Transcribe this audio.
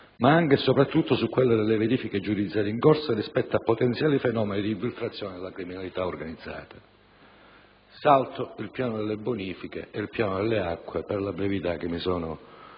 ma anche e soprattutto su quello delle verifiche giudiziarie in corso rispetto a potenziali fenomeni di infiltrazioni della criminalità organizzata. Tralascio la questione del piano delle bonifiche e del piano delle acque per la brevità che mi sono